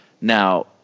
Now